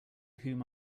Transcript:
whom